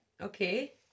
Okay